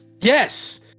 Yes